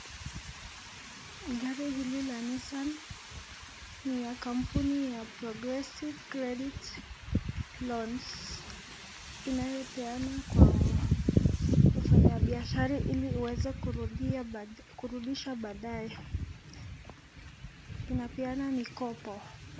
Gari hili la Nissan ni ya kampuni ya Progressive Credits Loans, inayopeana kwa wafanya biashara ili uweze kurudisha baadae, inapeana mikopo.